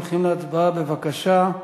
הולכים להצבעה, בבקשה.